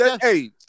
Hey